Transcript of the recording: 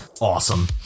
Awesome